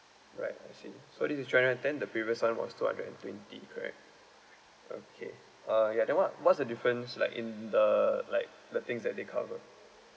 right I see so this is two hundred and ten the previous one was two hundred and twenty correct okay uh ya then what what's the difference like in the like the things that they cover